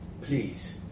Please